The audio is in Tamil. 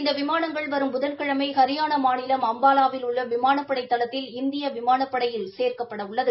இந்த விமானங்கள் வரும் புதன்கிழமை ஹரியானா மாநிலம் அம்பாலாவில் உள்ள விமானப்படை தளத்தில் இந்தியா விமானப்படையில் சேர்க்கப்பட உள்ளது